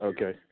Okay